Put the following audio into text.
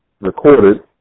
recorded